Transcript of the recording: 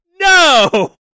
no